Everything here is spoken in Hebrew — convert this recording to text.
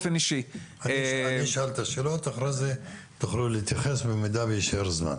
אני אשאל את השאלות ואחרי כן תוכלו להתייחס במידה ויישאר זמן.